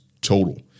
total